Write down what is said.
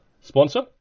sponsor